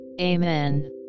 Amen